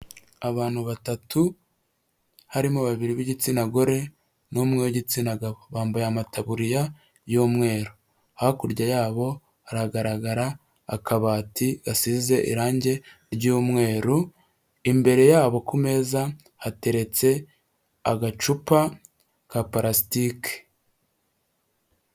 Abantu batatu harimo babiri b'igitsina gore n'umwe w'igitsina gabo. Bambaye amataburiya y'umweru. Hakurya yabo haragaragara akabati gasize irangi ry'umweru, imbere yabo ku meza hateretse agacupa ka parasitike.